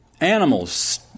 animals